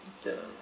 okay lah